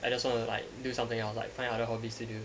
I just want to like do something else like find other hobbies to do